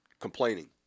complaining